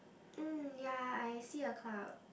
um ya I see a club